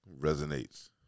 resonates